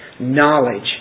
knowledge